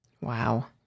Wow